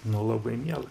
nu labai miela